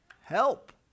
Help